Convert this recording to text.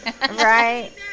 Right